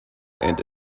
and